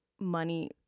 money